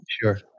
Sure